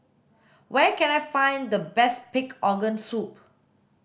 where can I find the best pig organ soup